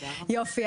יופי.